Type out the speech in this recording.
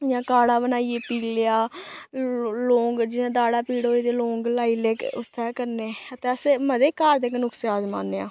इ'यां काढ़ा बनाइयै पी लेआ लौं लौंग जि'यां दाड़ा पीड़ होई ते लौंग लाई ले उत्थै कन्नै ते अस मते घर दे गै नुस्खे अजमाने आं